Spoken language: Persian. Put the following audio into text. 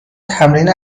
تمرین